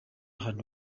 had